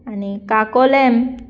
आनी काकोलें